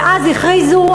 ואז הכריזו,